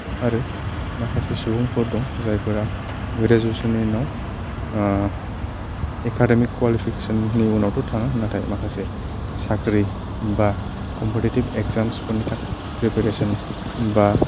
आरो माखासे सुबुंफोर दं जायफोरा ग्रेजुवेसन नि उनाव एकाडेमिक क्वालिफिकेसन नि उनावथ' थाङा नाथाय माखासे साख्रि बा कम्पितितिभ एग्जाम्स फोरनि थाखाय प्रिपारेसन बा